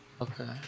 Okay